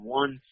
one